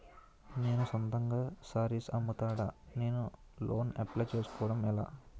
నేను సొంతంగా శారీస్ అమ్ముతాడ, నేను లోన్ అప్లయ్ చేసుకోవడం ఎలా?